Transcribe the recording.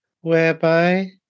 whereby